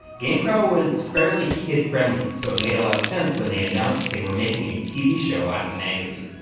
game pro was fairly kid friendly so it made a lot of sense when they announced they were making a tv show out of the magazine.